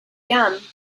gum